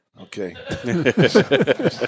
Okay